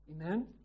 Amen